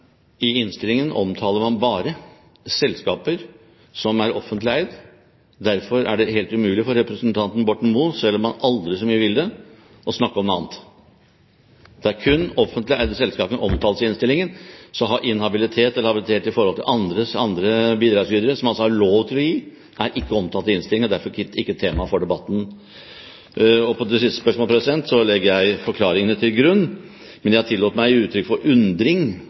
I innstillingen omtaler man bare selskaper som er offentlig eid, og derfor er det helt umulig for representanten Borten Moe, selv om han aldri så mye vil det, å snakke om noe annet. Det er kun offentlig eide selskaper som omtales i innstillingen. Inhabilitet eller habilitet i forhold til andre bidragsytere som altså har lov til å gi, er ikke omtalt i innstillingen og er derfor ikke tema for debatten. Til det siste spørsmålet legger jeg forklaringene til grunn. Men jeg tillot meg å gi uttrykk for undring